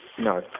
No